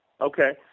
okay